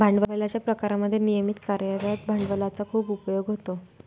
भांडवलाच्या प्रकारांमध्ये नियमित कार्यरत भांडवलाचा खूप उपयोग होतो